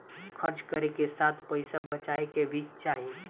खर्च करे के साथ पइसा बचाए के भी चाही